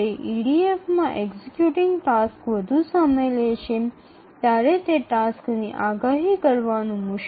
EDF এ যখন একটি নির্বাহী টাস্ক আরও বেশি সময় নেয় তখন সেই কাজটি তার সময়সীমাটি মিস করতে পারে তার ভবিষ্যদ্বাণী করা কঠিন হয়ে পড়ে